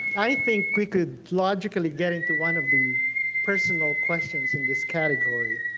i think we could logically get into one of the personal questions in this category.